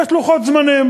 יש לוחות זמנים.